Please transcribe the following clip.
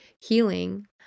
healing